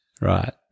Right